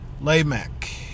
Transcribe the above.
Lamech